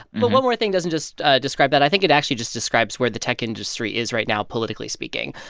but one more thing doesn't just describe that. i think it actually just describes where the tech industry is right now, politically speaking.